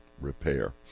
repair